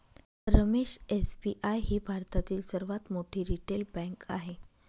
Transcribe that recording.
Ramesh SBI ही भारतातील सर्वात मोठी रिटेल बँक आहे